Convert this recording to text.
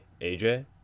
AJ